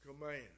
command